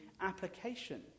application